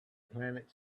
planet